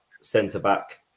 centre-back